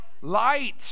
light